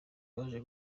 baje